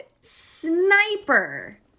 Sniper